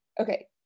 okay